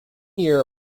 year